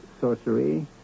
sorcery